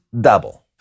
double